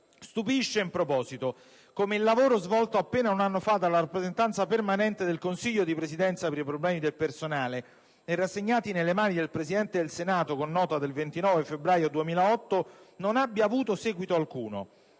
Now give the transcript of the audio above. Stupisce in proposito come il lavoro svolto appena un anno fa dalla Rappresentanza permanente del Consiglio di Presidenza per i problemi del personale e rassegnato nelle mani del Presidente del Senato, con nota del 29 febbraio 2008, non abbia avuto seguito alcuno.